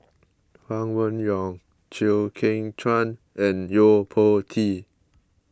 Huang Wenhong Chew Kheng Chuan and Yo Po Tee